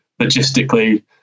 logistically